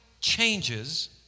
changes